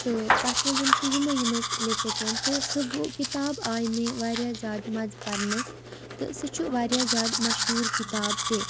تہٕ تَتھ منٛزَ چھُ یِمٕے یِمَے لیکھِتھ تہٕ سُہ بُک کِتاب آے مےٚ واریاہ زیادٕ مَزٕ پَرنَس تہٕ سُہ چھِ واریاہ زیادٕ مشہوٗر کِتاب تہِ